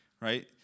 right